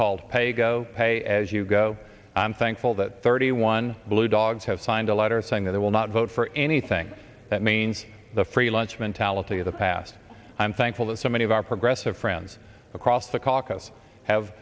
called paygo pay as you go i'm thankful that thirty one blue dogs have signed a letter saying that they will not vote for anything that means the free lunch mentality of the past i'm thankful that so many of our progressive friends across the caucus have